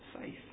faith